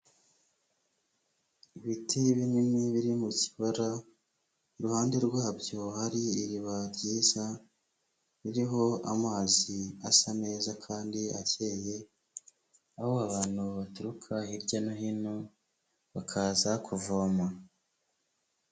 Ibiti binini, biri mu kibara, iruhande rwabyo hari iriba ryiza, ririho amazi asa neza kandi akeye, aho abantu baturuka hirya no hino, bakaza kuvoma.